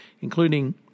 including